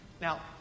Now